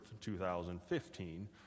2015